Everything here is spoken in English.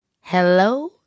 Hello